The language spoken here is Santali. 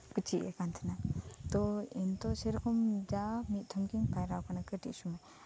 ᱠᱩ ᱪᱤᱫᱮᱜ ᱠᱟᱱᱛᱟᱦᱮᱱᱟ ᱛᱚ ᱤᱧᱛᱚ ᱥᱮᱨᱚᱠᱚᱢ ᱡᱟ ᱢᱤᱫᱽᱫᱷᱚᱢ ᱜᱤᱧ ᱯᱧᱭᱨᱟᱞᱮᱱᱟ ᱚᱠᱟᱦᱟᱱᱮ ᱠᱟᱹᱴᱤᱡ ᱥᱩᱢᱟᱹᱭ